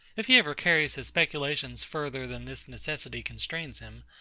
if he ever carries his speculations further than this necessity constrains him,